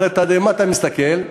אבל לתדהמת המסתכל,